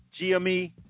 GME